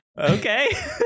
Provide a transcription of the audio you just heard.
Okay